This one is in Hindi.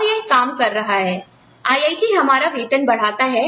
और यह काम कर रहा है IIT हमारा वेतन बढ़ाता है